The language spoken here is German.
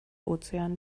ozean